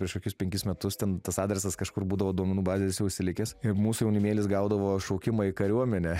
prieš kokius penkis metus ten tas adresas kažkur būdavo duomenų bazėj jisai užsilikęs ir mūsų jaunimėlis gaudavo šaukimą į kariuomenę